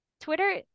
Twitter